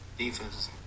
defense